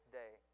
day